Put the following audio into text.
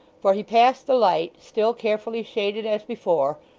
for he passed the light, still carefully shaded as before,